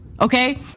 okay